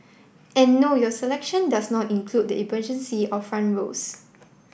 and no your selection does not include the emergency or front rows